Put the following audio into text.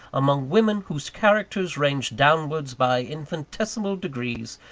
among women whose characters ranged downwards by infinitesimal degrees,